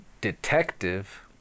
detective